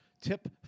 tip